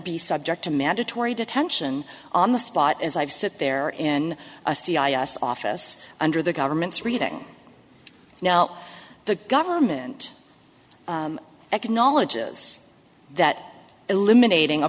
be subject to mandatory detention on the spot as i've said there in a c i s office under the government's reading now the government acknowledges that eliminating a